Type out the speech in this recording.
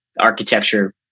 architecture